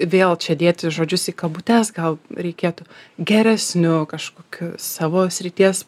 vėl čia dėti žodžius į kabutes gal reikėtų geresniu kažkokiu savo srities